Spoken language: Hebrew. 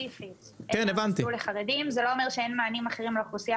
זה לא אומר שאין מענים אחרים לאוכלוסייה